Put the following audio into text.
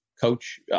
coach